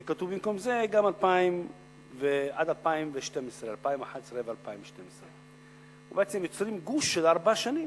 יהיה כתוב במקום זה גם 2011 2012. בעצם יוצרים גוש של ארבע שנים.